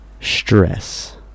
Stress